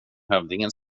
hövdingen